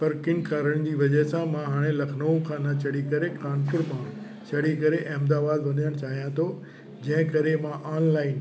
पर किन कारण जी वजह सां मां हाणे लखनऊ खां न चढ़ी करे कानपुर खां चढ़ी करे अहमदाबाद वञणु चाहियां थो जंहिं करे मां ऑनलाइन